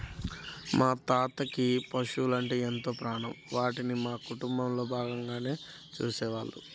మా తాతకి ఆ పశువలంటే ఎంతో ప్రాణం, వాటిని మా కుటుంబంలో భాగంగా చూసేవాళ్ళు